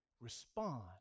respond